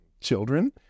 children